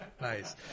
Nice